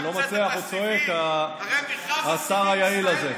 עזוב, דודי.